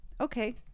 Okay